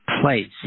place